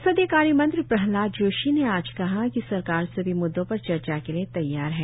संसदीय कार्य मंत्री प्रल्हाद जोशी ने आज कहा कि सरकार सभी मुद्दों पर चर्चा के लिए तैयार है